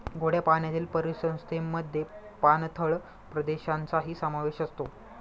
गोड्या पाण्यातील परिसंस्थेमध्ये पाणथळ प्रदेशांचाही समावेश असतो